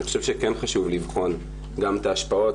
אני חושב שכן חשוב לבחון, גם את ההשפעות.